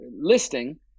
listing